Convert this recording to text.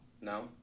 No